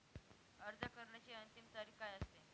अर्ज करण्याची अंतिम तारीख काय असते?